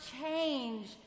change